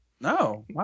No